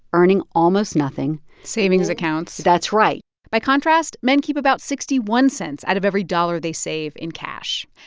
earning almost nothing savings accounts that's right by contrast, men keep about sixty one cents out of every dollar they save in cash.